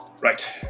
right